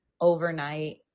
overnight